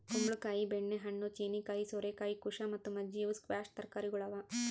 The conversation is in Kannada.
ಕುಂಬಳ ಕಾಯಿ, ಬೆಣ್ಣೆ ಹಣ್ಣು, ಚೀನೀಕಾಯಿ, ಸೋರೆಕಾಯಿ, ಕುಶಾ ಮತ್ತ ಮಜ್ಜಿ ಇವು ಸ್ಕ್ವ್ಯಾಷ್ ತರಕಾರಿಗೊಳ್ ಅವಾ